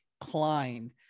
Klein